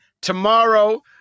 tomorrow